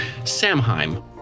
Samheim